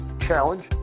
challenge